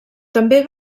també